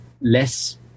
less